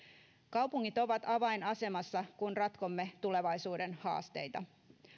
kaupungit ovat avainasemassa kun ratkomme tulevaisuuden haasteita